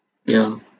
yeah